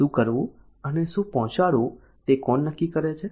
શું કરવું અને શું પહોંચાડવું તે કોણ નક્કી કરે છે